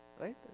right